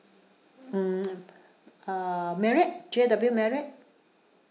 mm uh marriott J_W marriott